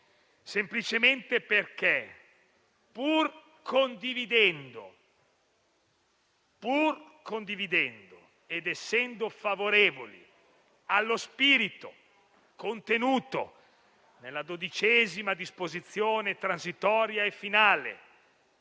semplicemente perché, pur condividendo ed essendo favorevoli allo spirito contenuto nella XII disposizione transitoria e finale